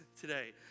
today